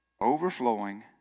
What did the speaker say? overflowing